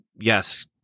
Yes